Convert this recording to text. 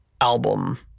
album